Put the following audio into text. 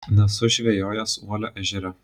nesu žvejojęs uolio ežere